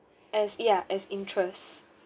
as ya as interest